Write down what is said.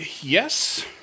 yes